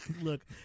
Look